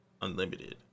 Unlimited